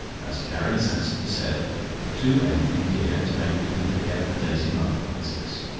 as carrie sensibly said do anything, dear, to make lupin forget the daisy mutlar business.